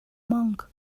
monk